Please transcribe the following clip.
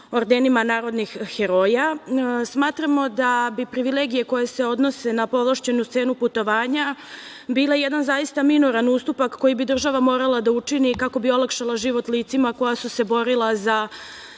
ordenima „Narodnog heroja“, smatramo da bi privilegije koje se odnose na povlašćenu cenu putovanja bila jedan zaista minoran ustupak koji bi država morala da učini kako bi olakšala život licima koja su se borila za